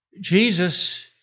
Jesus